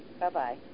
Bye-bye